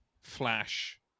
Flash